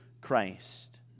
Christ